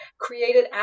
created